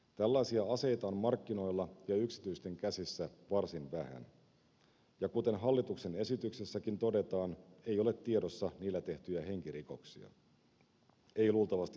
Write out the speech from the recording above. tällaisia aseita on markkinoilla ja yksityisten käsissä varsin vähän ja kuten hallituksen esityksessäkin todetaan ei ole tiedossa niillä tehtyjä henkirikoksia ei luultavasti muitakaan rikoksia